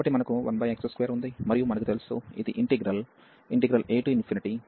కాబట్టి మనకు 1x2 ఉంది మరియు మనకు తెలుసు ఇది ఇంటిగ్రల్ a1x2dxవలె కన్వర్జెన్స్ అవుతుంది